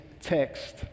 text